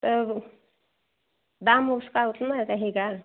तब दाम उसका उतना रहेगा